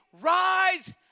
rise